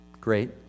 Great